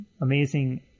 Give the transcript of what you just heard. amazing